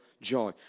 joy